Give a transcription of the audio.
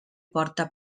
porta